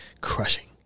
crushing